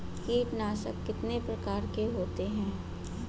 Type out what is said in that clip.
कीटनाशक कितने प्रकार के होते हैं?